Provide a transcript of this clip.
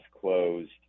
closed